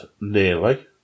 nearly